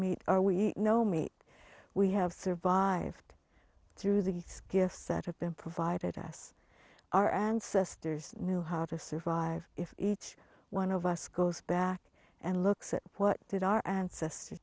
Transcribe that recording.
meat or we know meat we have survived through the things gifts that have been provided us our ancestors knew how to survive if each one of us goes back and looks at what did our ancestors